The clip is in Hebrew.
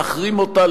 להחרים אותה,